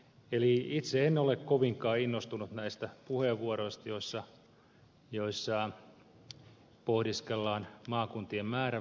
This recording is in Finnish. eli itse en ole kovinkaan innostunut näistä puheenvuoroista joissa pohdiskellaan maakuntien määrän vähentämistä